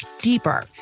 deeper